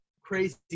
crazy